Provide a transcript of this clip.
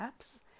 apps